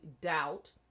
doubt